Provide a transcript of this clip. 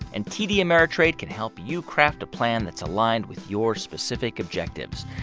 and td ameritrade can help you craft a plan that's aligned with your specific objectives.